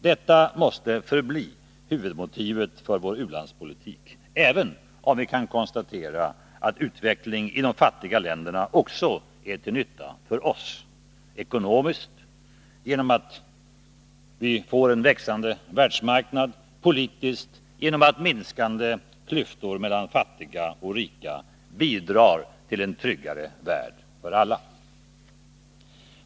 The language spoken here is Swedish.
Detta måste förbli huvudmotivet för vår u-landspolitik, även om vi kan konstatera att utveckling i de fattiga länderna också är till nytta för oss — ekonomiskt genom att vi får en växande världsmarknad, politiskt genom att minskande klyftor mellan fattiga och rika bidrar till en tryggare värld för alla.